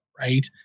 Right